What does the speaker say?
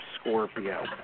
Scorpio